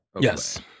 Yes